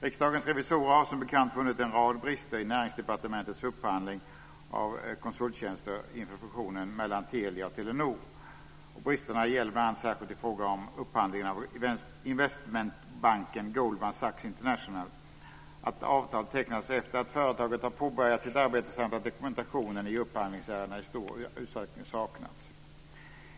Riksdagens revisorer har som bekant funnit en rad brister i Näringsdepartementets upphandling av konsulttjänster inför fusionen mellan Telia och Telenor. Bristerna gäller bl.a. upphandlingsförfarandena särskilt i fråga om upphandlingen av investmentbanken Goldman Sachs International, att avtal tecknats efter det att företaget har påbörjat sitt arbete samt att dokumentationen i upphandlingsärendena i stor utsträckning saknats.